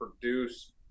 produce